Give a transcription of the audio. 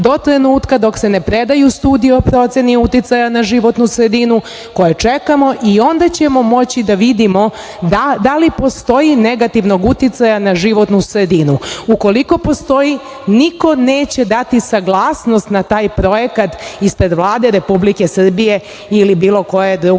dok se ne predaju studije o proceni uticaja na životnu sredinu koje čekamo i onda ćemo moći da vidimo da li postoji negativnog uticaja na životnu sredinu. Ukoliko postoji, niko neće dati saglasnost na taj projekat ispred Vlade Republike Srbije ili bilo koje druge